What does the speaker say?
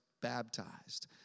baptized